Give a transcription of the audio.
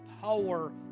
power